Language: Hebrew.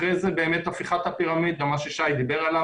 אחר כך, הפיכת הפירמידה, כפי ששי אמר.